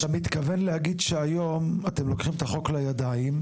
אתה מתכוון להגיד שהיום אתם לוקחים את החוק לידיים,